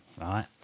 right